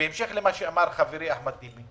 בהמשך למה שאמר חברי אחמד טיבי,